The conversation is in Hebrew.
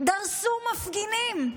דרסו מפגינים,